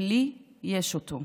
ולי יש אותו.